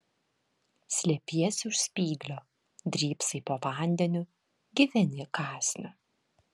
slepiesi už spyglio drybsai po vandeniu gyveni kąsniu